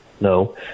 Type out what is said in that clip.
No